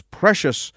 precious